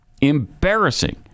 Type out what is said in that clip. embarrassing